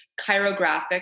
chirographic